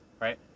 right